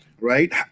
right